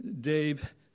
Dave